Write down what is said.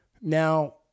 Now